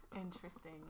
Interesting